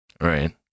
Right